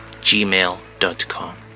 gmail.com